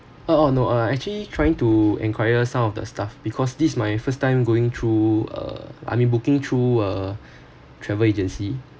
oh oh no ah actually trying to inquire some of the stuff because this is my first time going through uh I mean booking through a travel agency